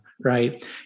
right